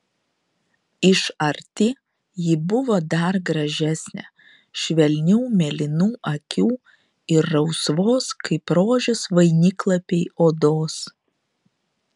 iš arti ji buvo dar gražesnė švelnių mėlynų akių ir rausvos kaip rožės vainiklapiai odos